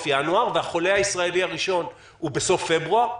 ינואר והחולה הישראלי הראשון הוא בסוף פברואר,